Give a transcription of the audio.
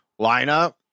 lineup